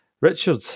Richard